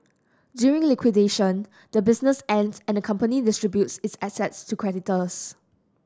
during liquidation the business ends and the company distributes its assets to creditors